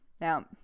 now